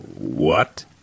What